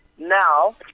Now